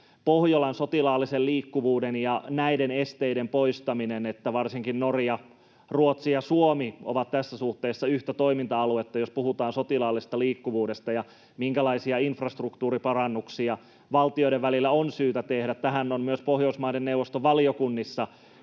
Pohjolan sotilaallisen liikkuvuuden ja näiden esteiden poistaminen. Varsinkin Norja, Ruotsi ja Suomi ovat tässä suhteessa yhtä toiminta-aluetta, jos puhutaan sotilaallisesta liikkuvuudesta ja siitä, minkälaisia infrastruktuuriparannuksia valtioiden välillä on syytä tehdä. Tähän on myös Pohjoismaiden neuvoston valiokunnissa